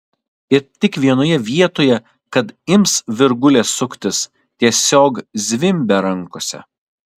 ir tik vienoje vietoje kad ims virgulės suktis tiesiog zvimbia rankose